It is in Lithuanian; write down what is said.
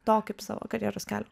to kaip savo karjeros kelio